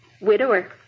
Widower